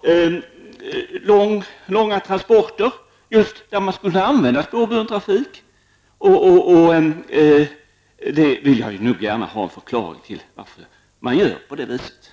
det gäller dessa handlar det väl om långväga transporter, för vilka just spårburen trafik borde utnyttjas. Jag skulle gärna vilja ha en förklaring till varför man gör på det viset.